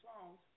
songs